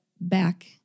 back